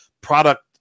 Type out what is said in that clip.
product